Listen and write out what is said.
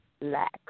lack